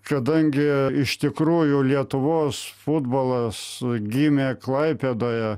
kadangi iš tikrųjų lietuvos futbolas gimė klaipėdoje